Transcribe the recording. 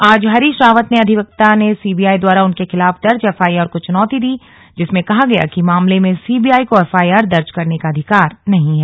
आज हरीश रावत के अधिवक्ता ने सीबीआई द्वारा उनके खिलाफ दर्ज एफआईआर को चुनौती दी जिसमें कहा गया कि मामले में सीबीआई को एफआईआर दर्ज करने का अधिकार नहीं है